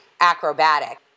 acrobatic